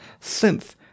synth